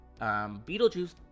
beetlejuice